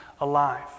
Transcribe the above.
alive